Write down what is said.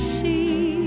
see